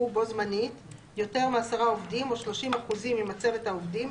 בו־זמנית יותר מ־10 עובדים או 30 אחוזים ממצבת העובדים,